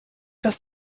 dass